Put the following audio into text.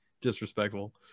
disrespectful